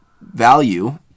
value